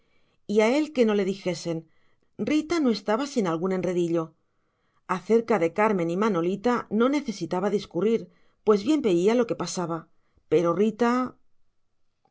y a él que no le dijesen rita no estaba sin algún enredillo acerca de carmen y manolita no necesitaba discurrir pues bien veía lo que pasaba pero rita